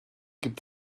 gibt